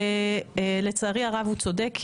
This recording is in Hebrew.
ולצערי הרב הוא צודק,